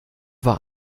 war